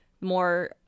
more